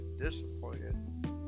disappointed